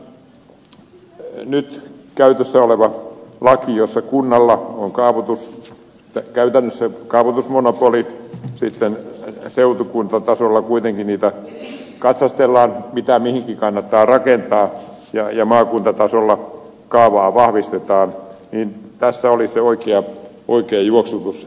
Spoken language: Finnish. tämän nyt käytössä olevan lain mukaan kunnalla käytännössä on kaavoitusmonopoli mutta kun sitten seutukuntatasolla niitä kuitenkin katsastellaan mitä mihinkin kannattaa rakentaa ja maakuntatasolla kaavaa vahvistetaan niin tässä olisi se oikea juoksutus siinä